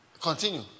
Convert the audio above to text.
Continue